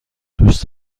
دوست